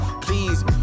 Please